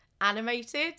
animated